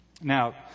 Now